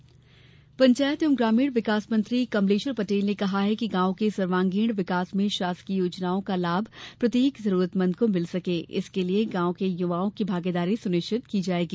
कमलेश्वर पटेल पंचायत एवं ग्रामीण विकास मंत्री कमलेश्वर पटेल ने कहा है कि गाँव के सर्वागीण विकास में शासकीय योजनाओं का लाभ प्रत्येक जरूरतमंद को मिल सके इसके लिए गाँव के युवाओं की भागीदारी सुनिश्चित की जाएगी